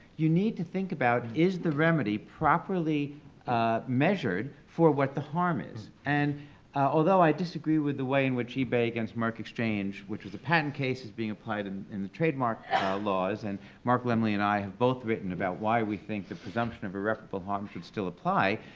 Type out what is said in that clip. you need to think about, is the remedy properly measured for what the harm is? and although i disagree with the way in which ebay against mercexchange, which was a patent case, is being applied and in the trademark laws, and mark lemley and i have both written about why we think the presumption of irreparable harm should still apply,